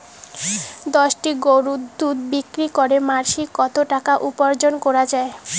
দশটি গরুর দুধ বিক্রি করে মাসিক কত টাকা উপার্জন করা য়ায়?